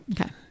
Okay